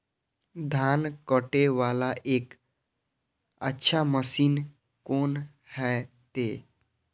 धान कटे वाला एक अच्छा मशीन कोन है ते?